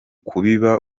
kubiba